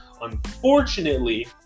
unfortunately